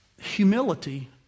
humility